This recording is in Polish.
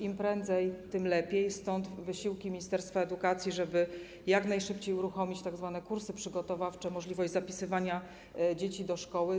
Im prędzej, tym lepiej, stąd wysiłki ministerstwa edukacji, żeby jak najszybciej uruchomić tzw. kursy przygotowawcze, możliwość zapisywania dzieci do szkoły.